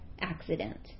accident